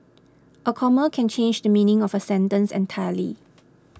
a comma can change the meaning of a sentence entirely